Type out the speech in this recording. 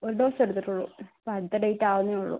ഒരു ഡോസെ എടുത്തുട്ടുള്ളു അടുത്ത ഡേറ്റ് ആവുന്നതേ ഉള്ളു